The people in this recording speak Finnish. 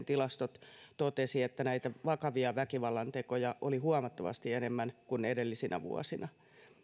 tilastot totesivat että näitä vakavia väkivallantekoja oli huomattavasti enemmän kuin edellisinä vuosina